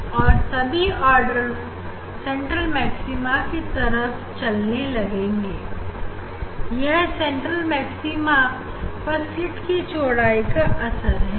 और सभी order center maxima की तरफ चलने लगेंगे यह सेंट्रल मैक्सिमा पर स्लीट की चौड़ाई का असर है